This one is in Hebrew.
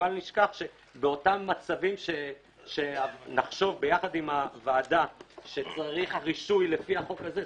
בל נשכח שבאותם מצבים שנחשוב ביחד עם הוועדה שצריך רישוי לפי החוק הזה,